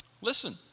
Listen